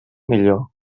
millor